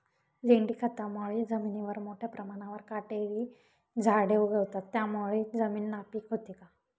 लेंडी खतामुळे जमिनीवर मोठ्या प्रमाणावर काटेरी झाडे उगवतात, त्यामुळे जमीन नापीक होते का?